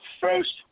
first